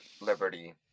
liberty